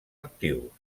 actius